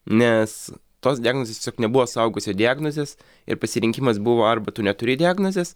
nes tos diagnozės tiesiog nebuvo suaugusio diagnozės ir pasirinkimas buvo arba tu neturi diagnozės